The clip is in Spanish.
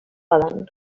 adán